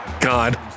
God